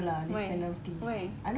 why why